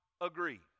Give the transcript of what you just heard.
agree